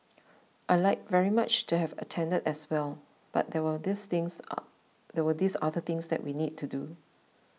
I'd like very much to have attended as well but there were these things are there were these other things that we need to do